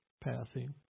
passing